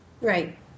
Right